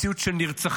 מציאות של נרצחים,